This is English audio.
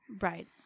right